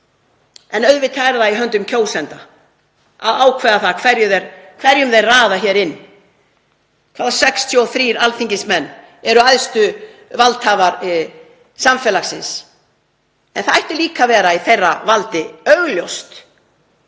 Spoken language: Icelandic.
En auðvitað er það í höndum kjósenda að ákveða hverjum þeir raða hér inn, hvaða 63 alþingismenn eru æðstu valdhafar samfélagsins. En það ætti líka að vera augljóst